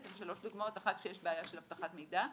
בעצם, שלוש דוגמאות כשיש בעיה של הבטחת מידע.